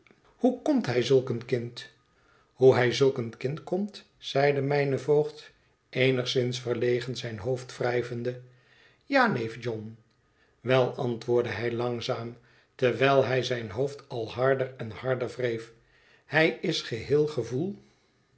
hoe komt hij zulk een kind hoe hij zulk een kind komt zeide mijn voogd eenigszins verlegen zijn hoofd wrijvende ja neef john wel antwoordde hij langzaam terwijl hij zijn hoofd al harder en harder wreef hij is geheel gevoel